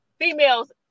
females